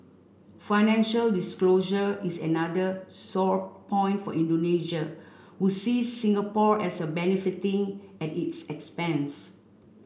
financial disclosure is another sore point for Indonesia who see Singapore as a benefiting at its expense